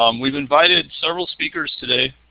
um we've invited several speakers today.